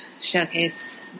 showcase